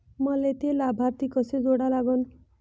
मले थे लाभार्थी कसे जोडा लागन?